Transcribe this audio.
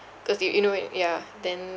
cause you you know it yeah then